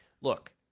Look